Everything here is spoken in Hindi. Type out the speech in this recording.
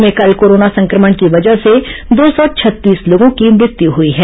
प्रदेश में कल कोरोना संक्रमण की वजह से दो सौ छत्तीस लोगों की मृत्यु हुई है